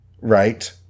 Right